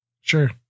sure